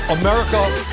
america